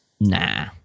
Nah